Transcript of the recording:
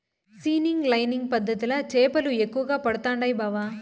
seining లైనింగ్ పద్ధతిల చేపలు ఎక్కువగా పడుతండాయి బావ